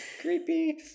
creepy